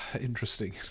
interesting